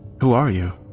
who are you?